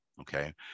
Okay